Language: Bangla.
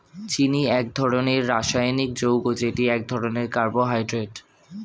চিনি একটি রাসায়নিক যৌগ যেটি এক ধরনের কার্বোহাইড্রেট